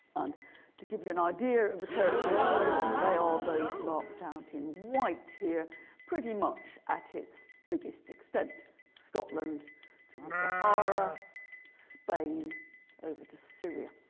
and to give you an idea of the territories they are those marked out in white here pretty much at its biggest extent scotland to the sahara spain over to syria